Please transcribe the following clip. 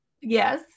Yes